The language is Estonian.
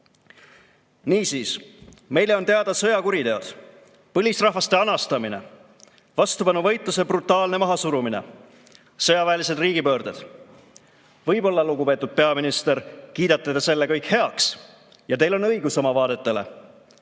Niisiis, meile on teada sõjakuriteod, põlisrahvaste anastamine, vastupanuvõitluse brutaalne mahasurumine, sõjaväelised riigipöörded. Võib-olla, lugupeetud peaminister, kiidate te selle kõik heaks ja teil on õigus oma vaadetele,